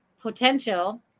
potential